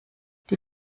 die